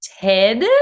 Ted